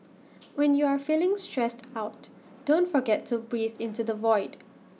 when you are feeling stressed out don't forget to breathe into the void